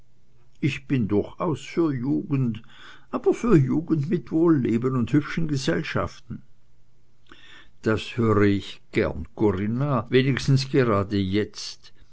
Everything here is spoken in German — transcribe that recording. ich bin durchaus für jugend aber für jugend mit wohlleben und hübschen gesellschaften das höre ich gern corinna wenigstens gerade jetzt